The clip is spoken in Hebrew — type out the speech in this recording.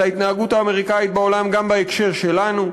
ההתנהגות האמריקנית בעולם גם בהקשר שלנו.